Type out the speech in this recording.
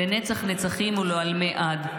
לנצח-נצחים ולעולמי עד,